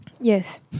Yes